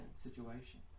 situation